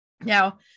Now